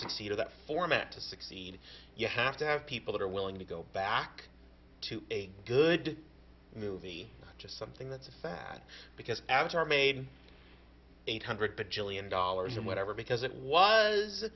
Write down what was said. succeed in that format to succeed you have to have people that are willing to go back to a good movie just something that's sad because avatar made eight hundred julian dollars and whatever because it was